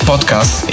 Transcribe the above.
Podcast